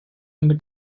under